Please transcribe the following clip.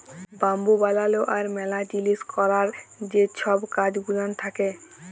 bamboo বালালো আর ম্যালা জিলিস ক্যরার যে ছব কাজ গুলান থ্যাকে